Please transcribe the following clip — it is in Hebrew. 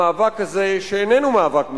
המאבק הזה איננו מאבק מפלגתי.